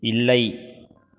இல்லை